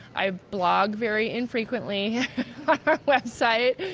i blog very infrequently on our website.